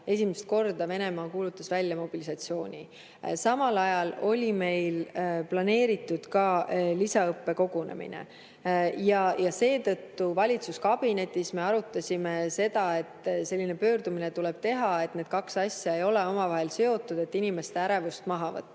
esimest korda Venemaa kuulutas välja mobilisatsiooni. Samale ajale oli meil planeeritud lisaõppekogunemine. Seetõttu me valitsuskabinetis arutasime, et selline pöördumine tuleb teha, et need kaks asja ei ole omavahel seotud, inimeste ärevust tuleb maha võtta.